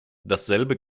dasselbe